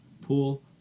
pool